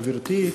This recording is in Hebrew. גברתי.